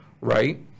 right